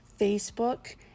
Facebook